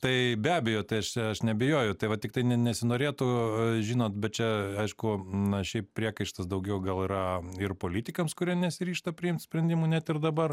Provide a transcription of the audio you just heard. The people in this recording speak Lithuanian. tai be abejo tai aš aš neabejoju tai va tiktai ne nesinorėtų žinot bet čia aišku na šiaip priekaištas daugiau gal yra ir politikams kurie nesiryžta priimt sprendimų net ir dabar